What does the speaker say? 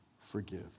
forgive